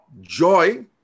joy